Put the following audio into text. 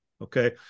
Okay